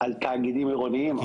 על תאגידים עירוניים.